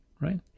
right